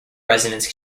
resonance